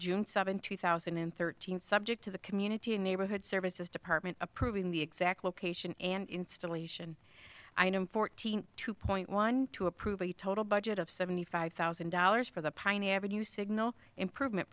june seventh two thousand and thirteen subject to the community and neighborhood services department approving the exact location and installation fourteen two point one to approve a total budget of seventy five thousand dollars for the piney avenue signal improvement